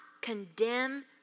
condemn